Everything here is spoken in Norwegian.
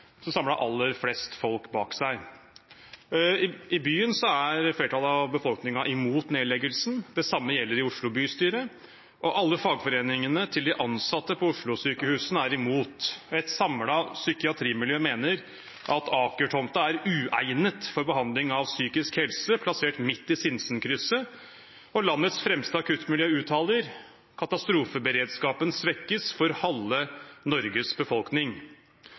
aller flest folk bak seg. I byen er flertallet av befolkningen imot nedleggelsen, det samme gjelder i Oslo bystyre, og alle fagforeningene til de ansatte på Oslos sykehus er imot. Et samlet psykiatrimiljø mener at Aker-tomten er uegnet for behandling av psykisk helse, plassert midt i Sinsenkrysset, og landets fremste akuttmiljø uttaler at katastrofeberedskapen svekkes for halve Norges befolkning.